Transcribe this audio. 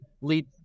lead